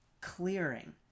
clearing